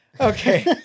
okay